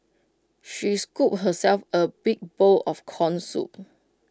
she scooped herself A big bowl of Corn Soup